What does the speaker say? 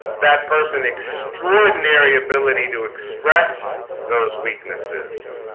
that person extraordinary ability to express those weaknesses